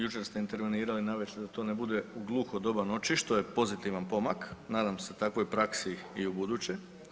Jučer ste intervenirali navečer da to ne bude u gluho doba noći što je pozitivan pomak, nadam se takvoj praksi i ubuduće.